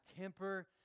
temper